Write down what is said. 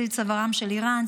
סביב צווארה של איראן,